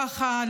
ככה,